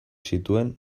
zituen